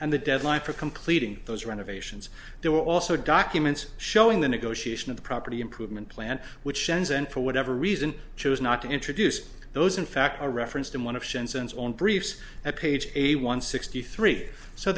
and the deadline for completing those renovations there were also documents showing the negotiation of the property improvement plan which ends and for whatever reason chose not to introduce those in fact are referenced in one of chansons own briefs at page eighty one sixty three so